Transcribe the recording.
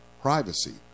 privacy